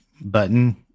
button